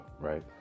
right